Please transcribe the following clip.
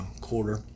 quarter